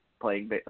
playing